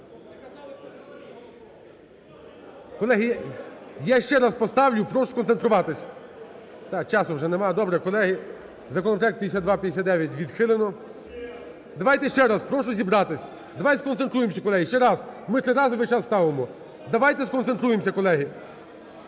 Колеги, я ще раз поставлю, прошу сконцентруватись. Да, часу вже нема. Добре, колеги. Законопроект 5259 відхилено. Давайте ще раз. Прошу зібратись. Давайте сконцентруємось, колеги. Ще раз. Ми три рази весь час ставимо. Давайте сконцентруємось, колеги.